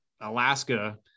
Alaska